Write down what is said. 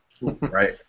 Right